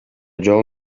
жол